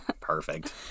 Perfect